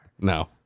No